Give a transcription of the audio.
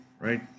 right